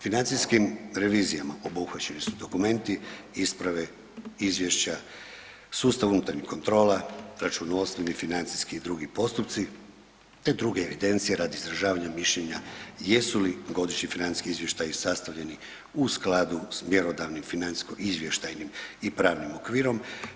Financijskim revizijama obuhvaćeni su dokumenti, isprave, izvješća, sustav unutrašnjih kontrola, računovodstveni, financijski i drugi postupci, te druge evidencije radi izražavanja mišljenja jesu li Godišnji financijski izvještaji sastavljeni u skladu s mjerodavnim financijsko izvještajnim i pravnim okvirom.